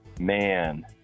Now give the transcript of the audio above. Man